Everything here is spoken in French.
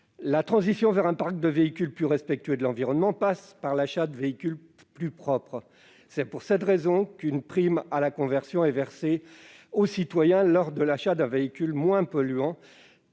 La transition vers un parc de véhicules plus respectueux de l'environnement passe par l'achat de véhicules plus propres. C'est pour cette raison qu'une prime à la conversion est versée aux citoyens lors de l'achat d'un véhicule moins polluant